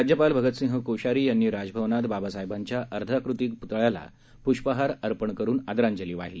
राज्यपाल भगतसिंग कोश्यारी यांनी राजभवनात बाबासाहेबांच्या अर्धाकृती पुतळ्याला पुष्पहार अर्पण करून आदरांजली वाहिली